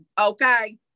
Okay